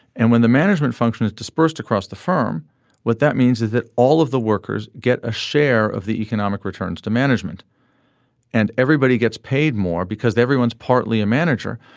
and when the management function is dispersed across the firm what that means is that all of the workers get a share of the economic returns to management and everybody gets paid more because everyone's partly a manager.